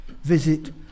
Visit